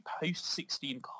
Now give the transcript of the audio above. post-16